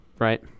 right